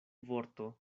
vorto